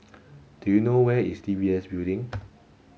do you know where is D B S Building